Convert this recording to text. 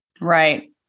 Right